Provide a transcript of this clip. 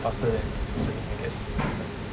faster than listen I guess